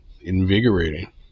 invigorating